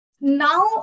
now